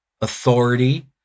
authority